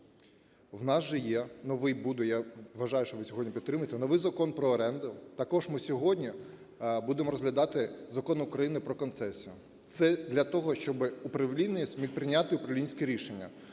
новий Закон про оренду. Також ми сьогодні будемо розглядати Закон України "Про концесії". Це для того, щоб управлінець зміг прийняти управлінське рішення.